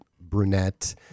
brunette